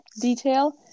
detail